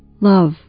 love